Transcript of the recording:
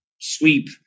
sweep